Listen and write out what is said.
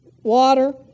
water